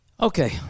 Okay